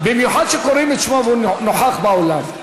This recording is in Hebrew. במיוחד כשקוראים את שמו והוא נוכח באולם.